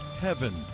heaven